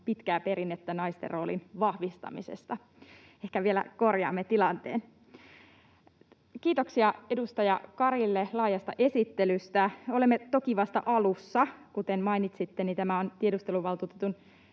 pitkää perinnettä naisten roolin vahvistamisessa. Ehkä vielä korjaamme tilanteen. Kiitoksia edustaja Karille laajasta esittelystä. Olemme toki vasta alussa. Kuten mainitsitte, niin tämä on vasta tiedusteluvaltuutetun